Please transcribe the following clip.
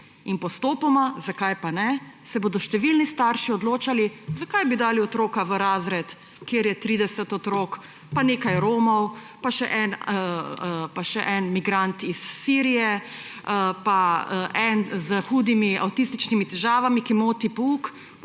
In postopoma – zakaj pa ne? – se bodo številni starši odločali: »Zakaj bi dali otroka v razred, kjer je 30 otrok pa nekaj Romov pa en migrant iz Sirije pa en s hudimi avtističnimi težavami, ki moti pouk?